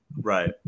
right